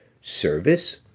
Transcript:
service